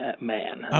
man